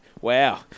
Wow